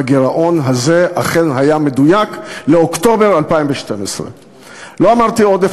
והגירעון הזה אכן היה מדויק לאוקטובר 2012. לא אמרתי עודף,